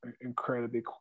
incredibly